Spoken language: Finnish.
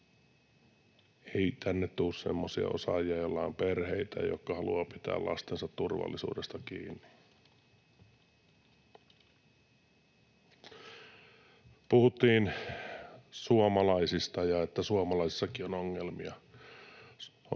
Ei tänne tule semmoisia osaajia, joilla on perheitä ja jotka haluavat pitää lastensa turvallisuudesta kiinni. Puhuttiin suomalaisista ja että suomalaisissakin on ongelmia.